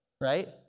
right